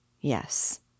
yes